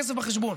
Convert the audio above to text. הכסף בחשבון.